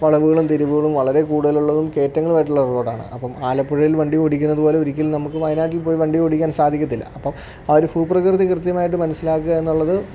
വളവുകളും തിരുവുകളും വളരെ കൂടുതലുള്ളതും കയറ്റങ്ങളും ആയിട്ടുള്ള റോഡ് ആണ് അപ്പം ആലപ്പുഴയിൽ വണ്ടി ഓടിക്കുന്നതു പോലെ ഒരിക്കലും നമുക്ക് വയനാട്ടിൽ പോയി വണ്ടി ഓടിക്കാൻ സാധിക്കത്തില്ല അപ്പം ആ ഒരു ഭൂപ്രകൃതി കൃത്യമായിട്ട് മനസിലാക്കുക എന്നുള്ളത്